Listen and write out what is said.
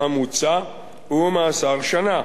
המוצע, הוא מאסר שנה,